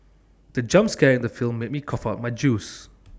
the jump scare in the film made me cough out my juice